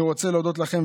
אני רוצה להודות לכם,